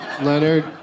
Leonard